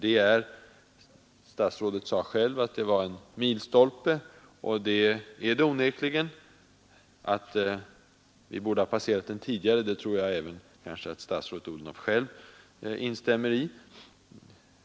Statsrådet sade själv att det var en milstolpe, och det är det onekligen. Kanske statsrådet själv instämmer i att vi borde ha passerat den tidigare.